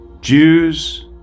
Jews